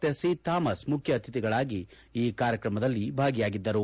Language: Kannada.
ತೆಸ್ಸಿ ಥಾಮಸ್ ಮುಖ್ಯ ಅತಿಥಿಗಳಾಗಿ ಈ ಕಾರ್ಯಕ್ರಮದಲ್ಲಿ ಭಾಗಿಯಾಗಿದ್ದರು